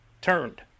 turned